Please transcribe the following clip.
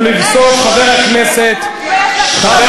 ולבסוף, חבר